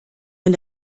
von